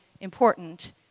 important